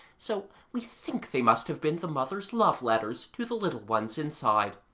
so we think they must have been the mother's love-letters to the little ones inside.